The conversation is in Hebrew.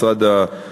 של משרד השיכון,